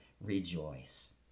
rejoice